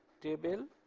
table